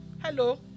Hello